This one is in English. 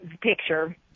picture